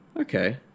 Okay